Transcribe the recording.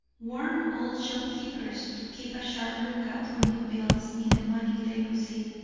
warn all shopkeepers to keep a sharp lookout for new bills in the money they receive,